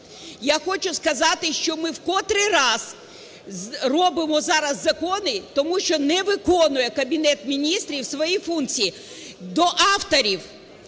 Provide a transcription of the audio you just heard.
Я хочу сказати, що ми в котрий раз робимо зараз закони, тому що не виконує Кабінет Міністрів свої функції. До авторів.